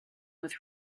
with